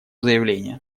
заявление